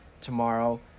tomorrow